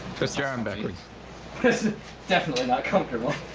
twist your arm backwards this is definitely not comfortable